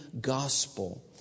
gospel